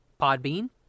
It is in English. Podbean